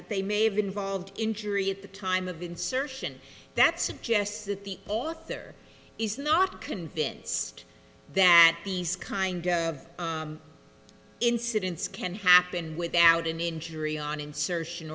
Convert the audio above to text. that they may have involved injury at the time of insertion that suggests that the author is not convinced that these kind of incidents can happen without any injury on insertion